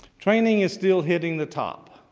training is still hitting the top,